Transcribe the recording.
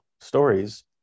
stories